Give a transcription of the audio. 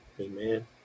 Amen